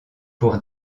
pour